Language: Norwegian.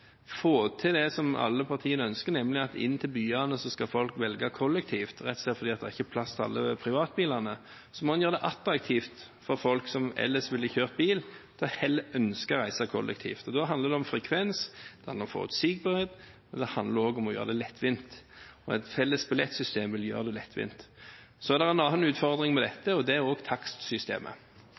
få til det alle partiene ønsker, nemlig at folk skal reise kollektivt inn til byene – rett og slett fordi det ikke er plass til alle privatbilene – tror jeg en må gjøre det attraktivt for folk som ellers ville kjørt bil, å reise kollektivt. Da handler det om frekvens, det handler om forutsigbarhet, det handler òg om å gjøre det lettvint, og et felles billettsystem vil gjøre det lettvint. Så er det en annen utfordring med dette, og det er takstsystemet.